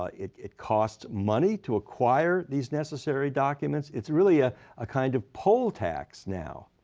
ah it it costs money to acquire these necessary documents. it's really a ah kind of poll tax now.